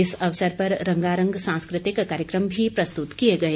इस अवसर पर रंगारंग सांस्कृतिक कार्यक्रम भी प्रस्तृत किए गए